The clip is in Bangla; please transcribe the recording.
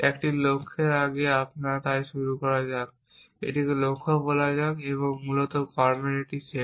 একটি লক্ষ্যের আগের মতো তাই শুরু করা যাক এটিকে লক্ষ্য বলা যাক এবং মূলত কর্মের একটি সেট